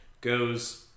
goes